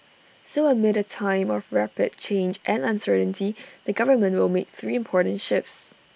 so amid A time of rapid change and uncertainty the government will make three important shifts